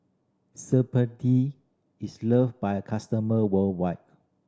is love by a customer worldwide